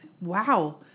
Wow